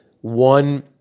one